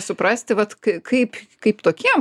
suprasti vat kaip kaip tokiem